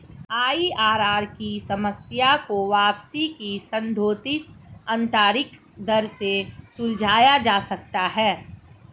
IRR की समस्या को वापसी की संशोधित आंतरिक दर से सुलझाया जा सकता है